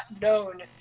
known